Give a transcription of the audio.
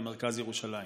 במרכז ירושלים.